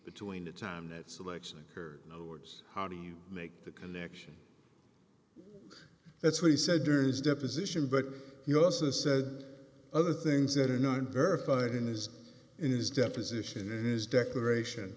between the time that selection occurred awards how do you make that connection that's what he said during his deposition but he also said other things that are not verified in his in his deposition and his declaration